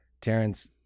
Terrence